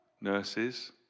nurses